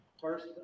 First